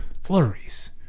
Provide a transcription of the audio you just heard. Flurries